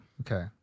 Okay